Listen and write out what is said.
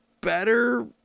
better